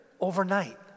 overnight